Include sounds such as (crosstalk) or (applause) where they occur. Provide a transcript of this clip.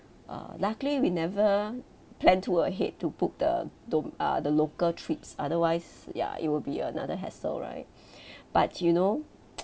uh luckily we never plan too ahead to book the dom~ uh the local trips otherwise ya it will be another hassle right but you know (noise)